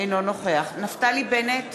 אינו נוכח נפתלי בנט,